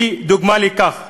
היא דוגמה לכך.